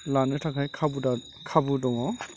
लानो थाखाय खाबु दङ